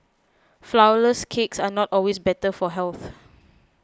Flourless Cakes are not always better for health